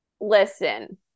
listen